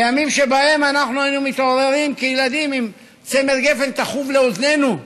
בימים שבהם היינו מתעוררים כילדים עם צמר גפן תחוב לאוזנינו,